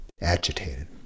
agitated